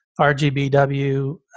RGBW